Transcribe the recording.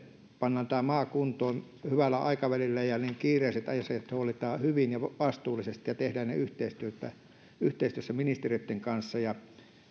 panemme tämän maan kuntoon hyvällä aikavälillä ja ne kiireiset asiat huolehditaan hyvin ja vastuullisesti ja tehdään ne yhteistyössä ministeriöitten kanssa